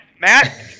Matt